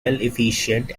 efficient